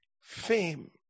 Fame